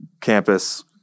campus